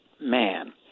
man